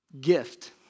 gift